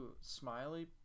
smiley